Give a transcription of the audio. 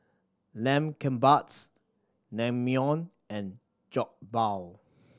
Lamb Kebabs Naengmyeon and Jokbal